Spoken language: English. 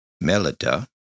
Melita